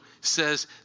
says